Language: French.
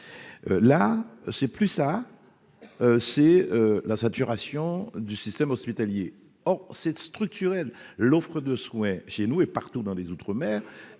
Là c'est plus ça, c'est la saturation du système hospitalier, or cette structurelle, l'offre de soins chez nous et partout dans les outre-mer